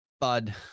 bud